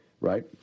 right